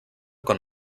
con